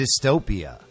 dystopia